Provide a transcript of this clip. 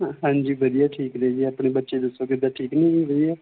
ਹਾਂਜੀ ਵਧੀਆ ਠੀਕ ਨੇ ਜੀ ਆਪਣੇ ਬੱਚੇ ਦੱਸੋ ਕਿਦਾ ਠੀਕ ਨੇ ਜੀ ਵਧੀਆ